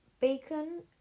bacon